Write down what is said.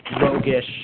roguish